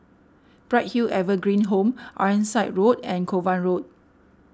Bright Hill Evergreen Home Ironside Road and Kovan Road